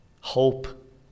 hope